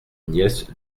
nièce